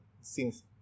seems